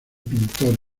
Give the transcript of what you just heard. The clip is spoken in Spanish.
pintor